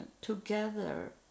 together